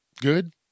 Good